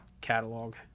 catalog